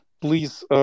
please